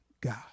God